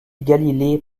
galilée